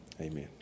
Amen